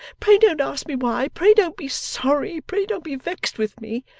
pray don't ask me why, pray don't be sorry, pray don't be vexed with me!